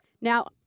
Now